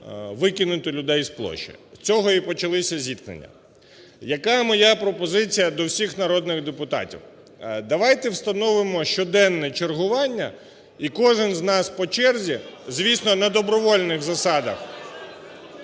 викинути людей із площі. З цього і почалися зіткнення. Яка моя пропозиція до всіх народних депутатів? Давайте встановимо щоденне чергування, і кожен з нас по черзі, звісно, на добровільних засадах,